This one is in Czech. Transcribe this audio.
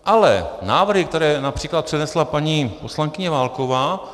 Ale návrhy, které například přinesla paní poslankyně Válková...